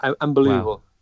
unbelievable